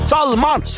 Salman